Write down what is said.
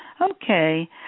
Okay